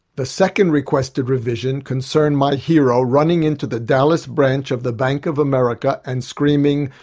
the second requested revision concerned my hero running into the dallas branch of the bank of america and screaming,